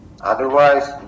Otherwise